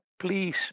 Please